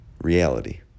reality